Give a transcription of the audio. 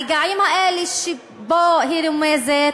הרגעים האלה שבהם היא רומזת,